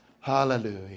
Hallelujah